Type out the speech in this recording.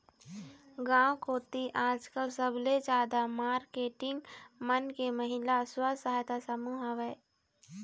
गांव कोती आजकल सबले जादा मारकेटिंग मन के महिला स्व सहायता समूह हवय